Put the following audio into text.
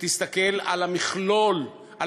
שתסתכל על המכלול, על